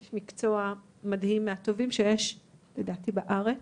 איש מקצוע מדהים, מהטובים שיש לדעתי בארץ